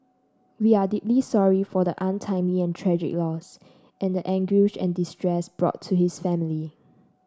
we are deeply sorry for the untimely and tragic loss and the anguish and distress brought to his family